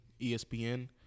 ESPN